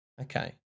Okay